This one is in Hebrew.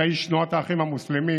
אתה איש תנועת האחים המוסלמים